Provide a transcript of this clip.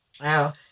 Wow